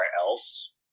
else